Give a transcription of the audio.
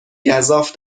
گزاف